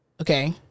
Okay